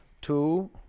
two